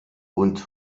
und